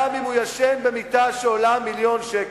גם אם הוא ישן במיטה שעולה מיליון שקל.